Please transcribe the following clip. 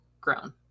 grown